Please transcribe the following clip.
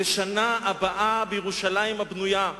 "לשנה הבאה בירושלים הבנויה",